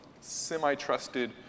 semi-trusted